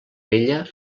vella